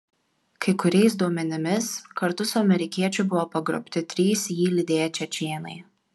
kai kuriais duomenimis kartu su amerikiečiu buvo pagrobti trys jį lydėję čečėnai